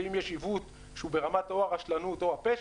ואם יש עיוות שהוא ברמת או הרשלנות או הפשע,